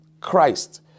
Christ